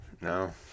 no